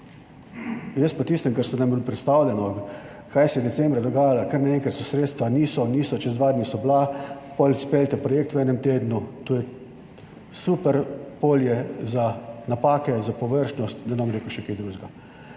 Jaz po tistem, kar se nam je bilo predstavljeno, kaj se je decembra dogajalo, kar naenkrat so sredstva, niso, niso, čez dva dni so bila, potem izpeljete projekt v enem tednu, to je super polje za napake, za površnost, da ne bom rekel še kaj drugega